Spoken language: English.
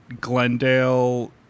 Glendale